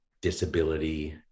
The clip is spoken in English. disability